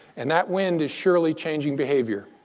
and that wind is surely changing behavior.